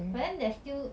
but then there's still